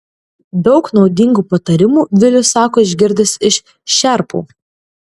daug naudingų patarimų vilius sako išgirdęs iš šerpų